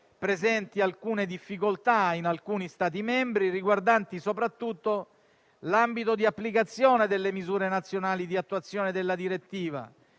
presenti alcune difficoltà in alcuni Stati membri, riguardanti soprattutto l'ambito di applicazione delle misure nazionali di attuazione della direttiva